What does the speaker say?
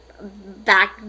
back